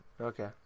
Okay